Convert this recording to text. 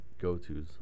go-tos